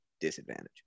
disadvantage